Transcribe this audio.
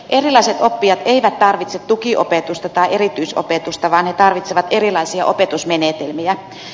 erilaiset oppijat eivät tarvitse tukiopetusta tai erityisopetusta vaan he tarvitsevat erilaisia opetusmenetelmiä